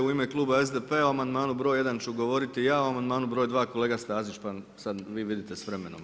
U ime kluba SDP-a o amandmanu broj jedan ću govoriti ja, a o amandmanu broj dva kolega Stazić, pa sad vi vidite sa vremenom.